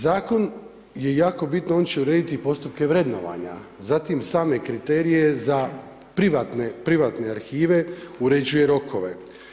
Zakon je jako bitno bitan, on će urediti postupke vrednovanja, zatim same kriterije za privatne arhive, uređuje rokove.